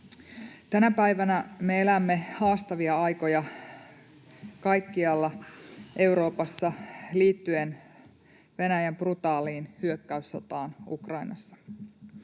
Tänä päivänä me elämme haastavia aikoja kaikkialla Euroopassa liittyen Venäjän brutaaliin hyökkäyssotaan Ukrainassa.